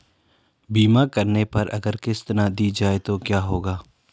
बीमा करने पर अगर किश्त ना दी जाये तो क्या होगा?